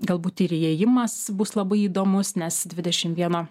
galbūt ir įėjimas bus labai įdomus nes dvidešim vieno